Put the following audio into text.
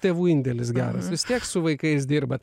tėvų indėlis geras vis tiek su vaikais dirbat